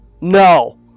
No